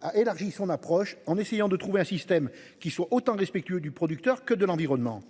a élargi son approche en essayant de trouver un système qui soit autant respectueux du producteur que de l'environnement